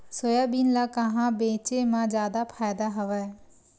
Soybean ल कहां बेचे म जादा फ़ायदा हवय?